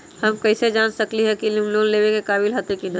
हम कईसे जान सकली ह कि हम लोन लेवे के काबिल हती कि न?